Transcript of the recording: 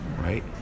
right